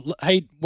Hey